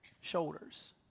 shoulders